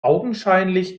augenscheinlich